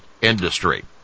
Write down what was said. industry